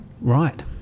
right